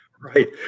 Right